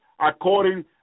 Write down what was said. according